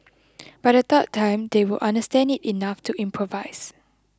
by the third time they will understand it enough to improvise